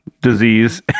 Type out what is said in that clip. disease